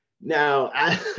now